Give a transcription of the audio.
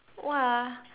!wah!